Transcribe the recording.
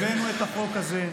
הבאנו את החוק הזה.